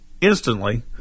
instantly